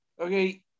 okay